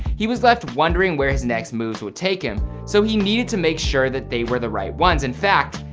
he was left wondering where his next moves would take him, so he needed to make sure that they were the right ones. in fact,